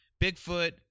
Bigfoot